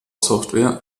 software